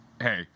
hey